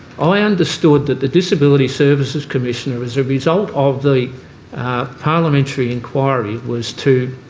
i understood that the disability services commissioner, as a result of the parliamentary inquiry, was to